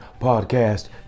podcast